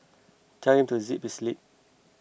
tell him to zip his lip